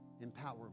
Empower